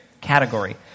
category